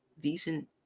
decent